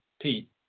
Pete